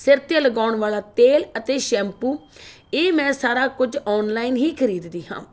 ਸਿਰ 'ਤੇ ਲਗਾਉਣ ਵਾਲਾ ਤੇਲ ਅਤੇ ਸ਼ੈਂਪੂ ਇਹ ਮੈਂ ਸਾਰਾ ਕੁਝ ਓਨਲਾਈਨ ਹੀ ਖਰੀਦਦੀ ਹਾਂ